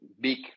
big